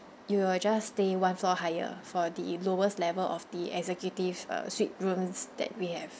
you will just stay one floor higher for the lowest level of the executive uh suite rooms that we have